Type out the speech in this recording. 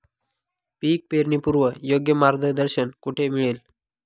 पीक पेरणीपूर्व योग्य मार्गदर्शन कुठे मिळेल?